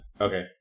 Okay